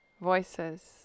voices